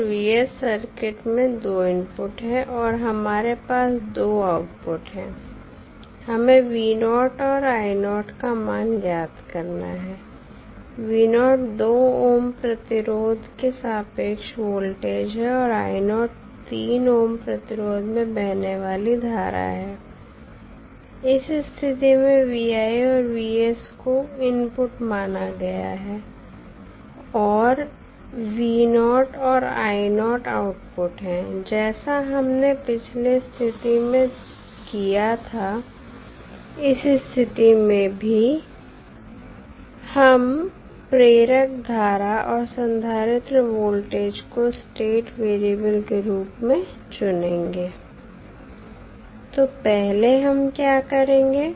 और सर्किट में दो इनपुट है और हमारे पास दो आउटपुट है हमें और का मान ज्ञात करना है 2 ओम प्रतिरोध के सापेक्ष वोल्टेज है और 3 ओम प्रतिरोध में बहने वाली धारा है इस स्थिति में और को इनपुट माना गया है और और आउटपुट है जैसा हमने पिछले स्थिति में किया था इस स्थिति में भी हम प्रेरक धारा और संधारित्र वोल्टेज को स्टेट वेरिएबल के रूप में चुनेंगे तो पहले हम क्या करेंगे